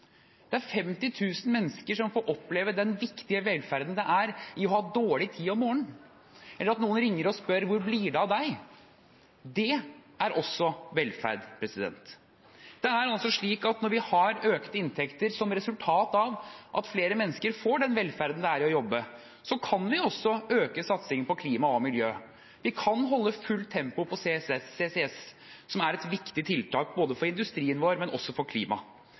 Det er 50 000 mennesker som får oppleve den viktige velferden det er å ha dårlig tid om morgenen, eller at noen ringer og spør: Hvor blir det av deg? Det er også velferd. Når vi har økte inntekter som resultat av at flere mennesker får den velferden det er å jobbe, kan vi også øke satsingen på klima og miljø. Vi kan holde fullt tempo på CCS, som er et viktig tiltak både for industrien vår og for klimaet.